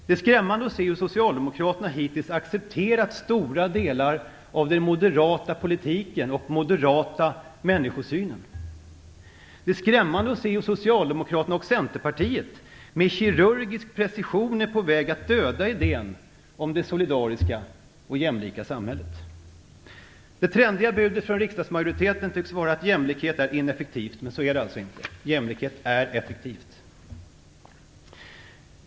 Det är skrämmande att se hur Socialdemokraterna hittills har accepterat stora delar av den moderata politiken och den moderata människosynen. Det är skrämmande att se hur Socialdemokraterna och Centerpartiet med kirurgisk precision är på väg att döda idén om det solidariska och jämlika samhället. Det trendiga budet från riksdagsmajoriteten tycks vara att jämlikhet är ineffektivt, men så är det alltså inte. Jämlikhet är effektivt.